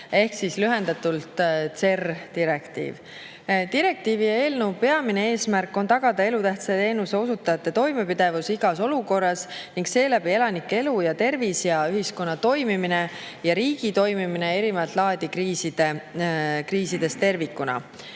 teenuse osutajate toimepidevust. Direktiivi ja eelnõu peamine eesmärk on tagada elutähtsa teenuse osutajate toimepidevus igas olukorras ning seeläbi elanike elu ja tervis ning ühiskonna toimimine ja riigi toimimine erinevat laadi kriisides tervikuna.